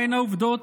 מהן העובדות?